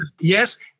Yes